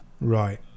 right